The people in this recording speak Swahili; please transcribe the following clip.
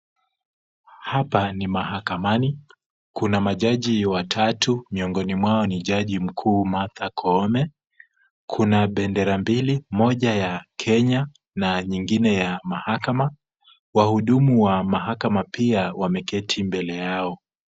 Hapa ni mahakamani. Kuna majaji watatu miongoni mwao ni jaji mkuu Martha Koome. Kuna bendera mbili, moja ya Kenya na nyingine ya mahakama. Wahudumu wa mahakama pia wameketi mbele yao.